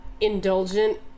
indulgent